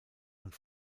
und